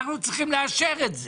אנחנו צריכים לאשר את זה.